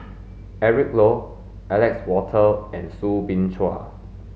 Eric Low Alexander Wolters and Soo Bin Chua